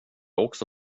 också